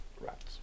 rats